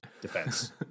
Defense